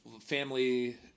family